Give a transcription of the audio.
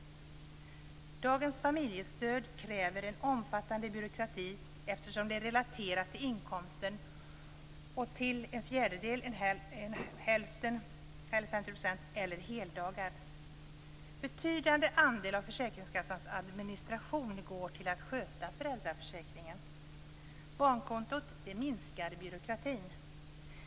Dagens familjestöd kräver en omfattande byråkrati eftersom det är relaterat till inkomsten och till tiden: en fjärdedel, hälften - alltså 50 %- eller heldagar. En betydande andel av försäkringskassans administration används till att sköta föräldraförsäkringen. Barnkontot minskar byråkratin.